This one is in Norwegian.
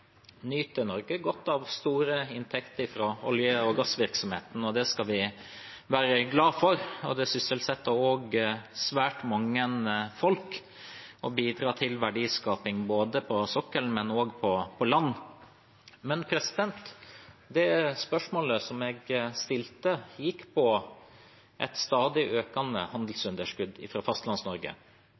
Norge godt av store inntekter fra olje- og gassvirksomheten, og det skal vi være glad for. Den sysselsetter også svært mange folk og bidrar til verdiskaping både på sokkelen og på land. Men det spørsmålet som jeg stilte, handlet om et stadig økende handelsunderskudd